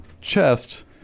chest